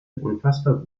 unfassbar